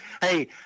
hey